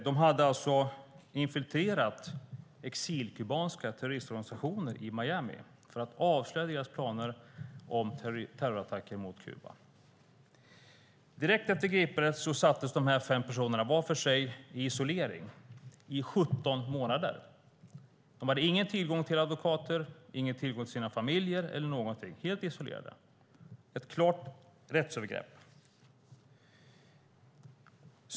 De hade infiltrerat exilkubanska terroristorganisationer i Miami för att avslöja deras planer på terrorattacker mot Kuba. Direkt efter gripandet sattes dessa fem personer var för sig i isolering i 17 månader. De hade varken tillgång till advokater, till sina familjer eller till något. De var helt isolerade. Det var ett klart rättsövergrepp.